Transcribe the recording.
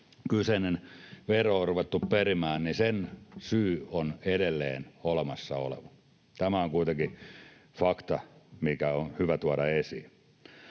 kyseistä veroa on ruvettu perimään, on edelleen olemassa oleva. Tämä on kuitenkin fakta, mikä on hyvä tuoda esiin.